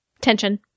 tension